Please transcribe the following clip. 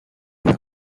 vers